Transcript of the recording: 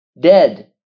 dead